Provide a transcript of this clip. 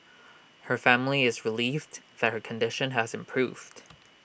her family is relieved that her condition has improved